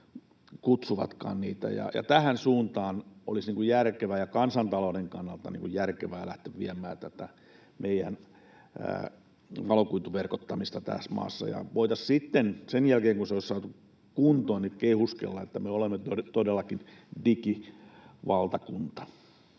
kutsuvatkaan niitä. Tähän suuntaan olisi kansantalouden kannalta järkevää lähteä viemään tätä meidän valokuituverkottamista tässä maassa. Voitaisiin sitten sen jälkeen, kun se olisi saatu kuntoon, kehuskella, että me olemme nyt todellakin digivaltakunta.